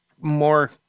more